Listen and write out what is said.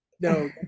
no